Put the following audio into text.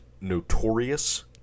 notorious